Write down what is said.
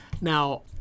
Now